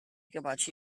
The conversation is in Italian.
capaci